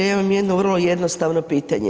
Ja imam jedno vrlo jednostavno pitanje.